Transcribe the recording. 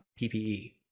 PPE